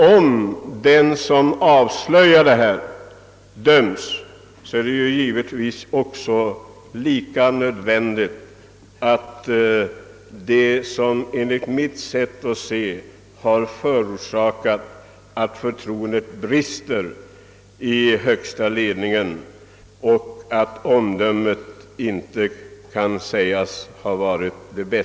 Om den som avslöjat detta döms, så är det givetvis nödvändigt att de som — enligt mitt sätt att se — har förorsakat att förtroendet till högsta ledningen brister också blir föremål för undersökning.